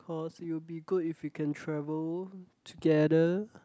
cause it will be good if we can travel together